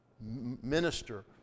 minister